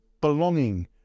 belonging